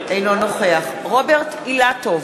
אינו נוכח רוברט אילטוב,